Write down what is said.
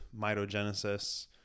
mitogenesis